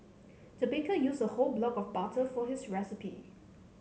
the baker used a whole block of butter for this recipe